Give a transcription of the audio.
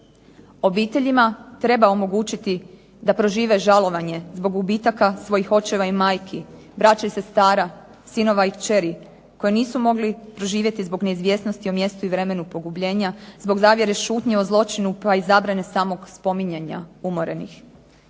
Obiteljima treba omogućiti da prožive žalovanje zbog gubitaka svojih očeva i majki, braće i sestara, sinova i kćeri koje nisu mogli proživjeti zbog neizvjesnosti o mjestu i vremenu pogubljenja, zbog zavjere šutnje o zločinu pa i zabrane samog spominjanja umorenih.